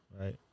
right